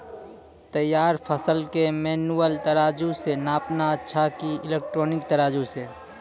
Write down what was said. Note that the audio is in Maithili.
तैयार फसल के मेनुअल तराजु से नापना अच्छा कि इलेक्ट्रॉनिक तराजु से?